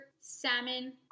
salmon